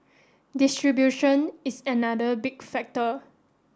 distribution is another big factor